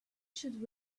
should